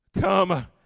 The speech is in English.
Come